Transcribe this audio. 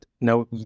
no